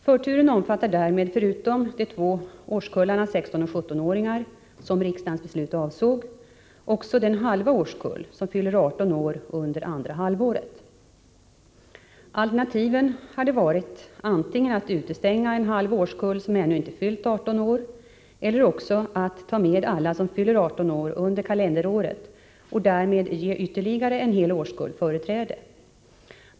Förturen omfattar därmed förutom de två årskullarna 16 och 17-åringar, som riksdagens beslut avsåg, också den halva årskull som fyller 18 år under andra halvåret. Alternativen hade varit antingen att utestänga en halv årskull som ännu inte fyllt 18 år eller också att ta med alla som fyller 18 år under kalenderåret och därmed ge ytterligare en hel årskull företräde.